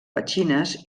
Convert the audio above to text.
petxines